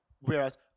Whereas